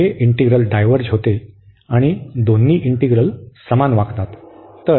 तर हे integral diverge होते आणि दोन्ही इंटीग्रल समान वागतात